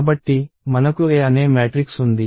కాబట్టి మనకు A అనే మ్యాట్రిక్స్ ఉంది